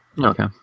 Okay